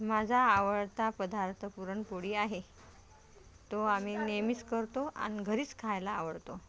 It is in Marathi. माझा आवडता पदार्थ पुरणपोळी आहे तो आम्ही नेहमीच करतो आणि घरीच खायला आवडतो